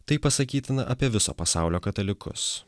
tai pasakytina apie viso pasaulio katalikus